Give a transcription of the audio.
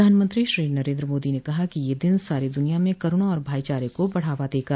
प्रधानमंत्री श्री मादी ने कहा कि यह दिन सारी दुनिया में करुणा और भाइचारे को बढ़ावा देगा